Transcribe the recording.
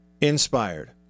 inspired